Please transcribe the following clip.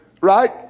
Right